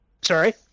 Sorry